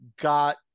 got